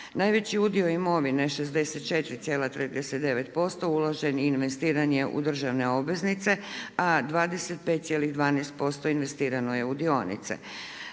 Najveći udio imovine 64,39% uložen je i investiran je u državne obveznice a 25,12% investirano je u dionice.